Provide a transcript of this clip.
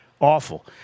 awful